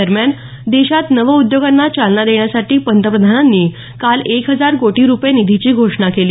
दरम्यान देशात नवउद्योगांना चालना देण्यासाठी पंतप्रधानांनी काल एक हजार कोटी रुपये निधीची घोषणा केली